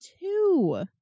Two